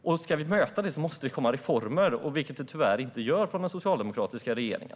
Om vi ska möta detta måste det komma reformer, vilket det tyvärr inte gör från den socialdemokratiska regeringen.